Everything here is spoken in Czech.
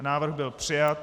Návrh byl přijat.